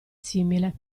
simile